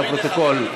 לפרוטוקול,